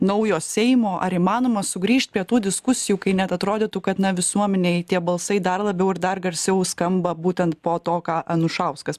naujo seimo ar įmanoma sugrįžt prie tų diskusijų kai net atrodytų kad na visuomenėj tie balsai dar labiau ir dar garsiau skamba būtent po to ką anušauskas